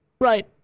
Right